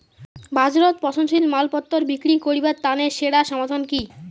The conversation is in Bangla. বাজারত পচনশীল মালপত্তর বিক্রি করিবার তানে সেরা সমাধান কি?